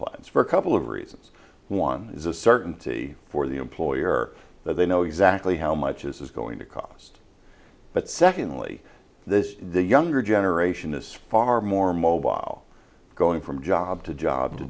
plans for a couple of reasons one is a certainty for the employer that they know exactly how much is going to cost but secondly this the younger generation is far more mobile going from job to job to